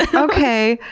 ah okay.